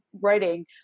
writing